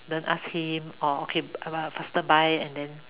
don't ask him oh okay uh faster buy and then